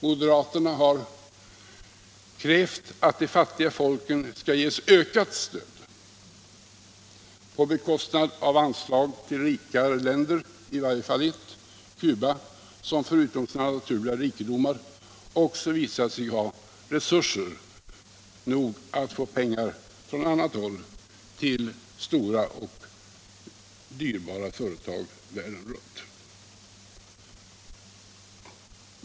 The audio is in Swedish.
Moderaterna har krävt att de fattiga folken skall ges ökat stöd på bekostnad av anslag till rikare länder, i varje fall till Cuba som förutom sina naturliga rikedomar också visat sig ha resurser nog att få pengar från annat håll till stora och dyra företag världen runt.